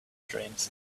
dreams